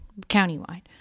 countywide